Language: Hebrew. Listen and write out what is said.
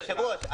היושב-ראש,